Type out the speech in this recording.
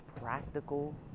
practical